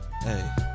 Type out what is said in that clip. Hey